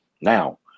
Now